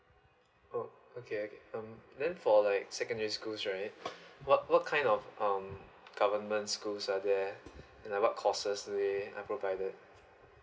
oh okay okay um then for like secondary school right what what kind of um government schools are there and what courses they provided